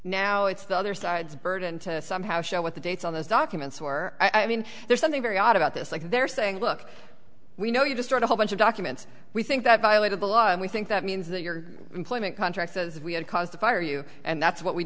now it's the other side's burden to somehow show what the dates on those documents were i mean there's something very odd about this like they're saying look we know you to start a whole bunch of documents we think that violated the law and we think that means that your employment contract says if we had caused a fire you and that's what we